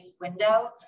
window